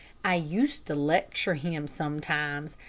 i used to lecture him sometimes,